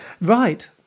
right